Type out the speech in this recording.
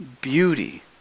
beauty